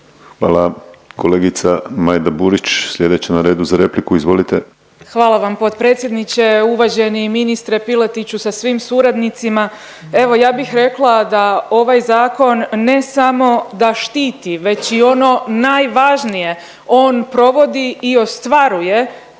Hvala. Kolegica Majda Burić slijedeća na redu za repliku, izvolite. **Burić, Majda (HDZ)** Hvala vam potpredsjedniče. Uvaženi ministre Piletiću sa svim suradnicima, evo ja bih rekla da ovaj zakon ne samo da štiti već i ono najvažnije, on provodi i ostvaruje